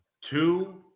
Two